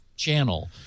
channel